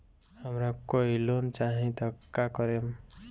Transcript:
हमरा कोई लोन चाही त का करेम?